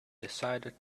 decided